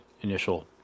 initial